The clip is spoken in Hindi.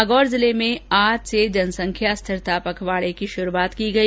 नागौर जिले में आज से जनसंख्या स्थिरता पखवाड़े की शुरुआत की गई